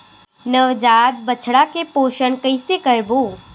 नवजात बछड़ा के पोषण कइसे करबो?